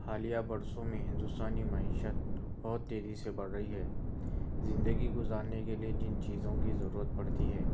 حالیہ برسوں میں ہندوستانی معیشت بہت تیزی سے بڑھ رہی ہے زندگی گُزارنے کے لیے جن چیزوں کی ضرورت پڑتی ہے